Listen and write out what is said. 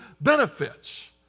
benefits